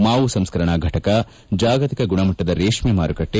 ಮಾವು ಸಂಸ್ಕರಣಾ ಘಟಕ ಜಾಗತಿಕ ಗುಣಮಟ್ಟದ ರೇಷ್ಠೆ ಮಾರುಕಟ್ಟೆ